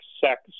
sex